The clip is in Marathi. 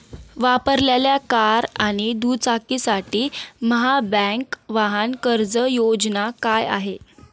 वापरलेल्या कार आणि दुचाकीसाठी महाबँक वाहन कर्ज योजना काय आहे?